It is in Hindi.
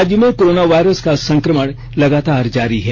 राज्य में कोरोना वायरस का संक्रमण लगातार जारी है